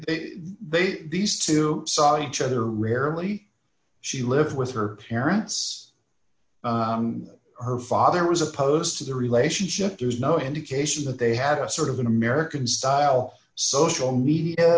that they these two saw each other rarely she lived with her parents her father was opposed to the relationship there's no indication that they have a sort of an american style social media